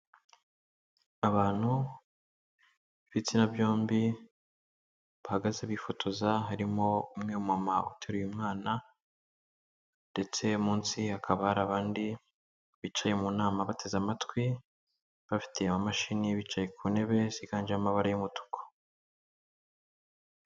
Abantu b'ibitsina byombi bahagaze bifotoza harimo, umwe w'umumama ndetse munsi hakaba hari abandi bicaye mu nama bateze amatwi bafite amamashini bicaye ku ntebe ziganjemo amabara y'umutuku.